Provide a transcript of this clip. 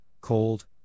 cold